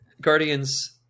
Guardians